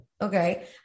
Okay